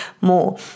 more